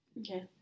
Okay